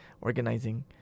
organizing